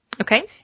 Okay